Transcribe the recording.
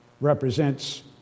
Represents